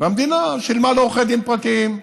והמדינה שילמה לעורכי דין פרטיים.